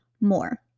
more